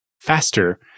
faster